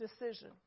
decision